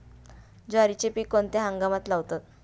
ज्वारीचे पीक कोणत्या हंगामात लावतात?